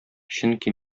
чөнки